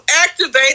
activate